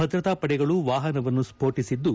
ಭದ್ರತಾ ಪಡೆಗಳು ವಾಹನವನ್ನು ಸ್ಫೋಟಿಸಿದ್ದು